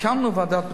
הקמנו ועדת בדיקה.